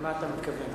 נכון.